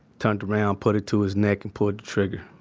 turned around put it to his neck and pulled the trigger.